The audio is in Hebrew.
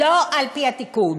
לא על-פי התיקון.